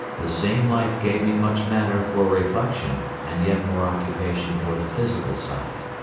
the same life gave me much matter for reflection and yet more occupation for the physical side.